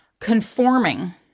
conforming